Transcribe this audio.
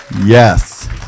Yes